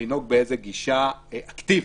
לנהוג בגישה אקטיבית,